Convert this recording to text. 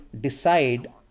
decide